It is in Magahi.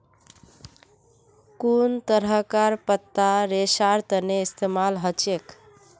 कुन तरहकार पत्ता रेशार तने इस्तेमाल हछेक